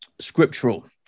scriptural